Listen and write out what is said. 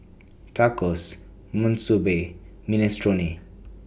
Tacos Monsunabe Minestrone